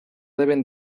deben